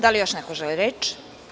Da li još neko želi reč?